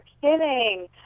kidding